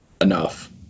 enough